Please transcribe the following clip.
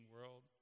world